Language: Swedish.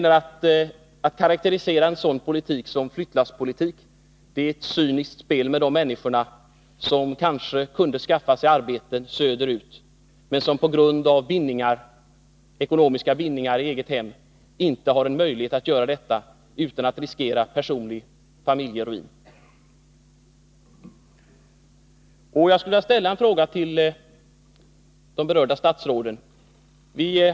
Att karakterisera en sådan politik som flyttlasspolitik är, menar vi, ett cyniskt spel med de människor som kanske kunde skaffa sig arbete på annan ort men som på grund av ekonomiska bindningar i eget hem inte har en möjlighet att göra detta utan att totalt riskera sin personliga familjeekonomi. Jag skulle i det sammanhanget vilja ställa en fråga till de berörda statsråden.